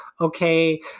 okay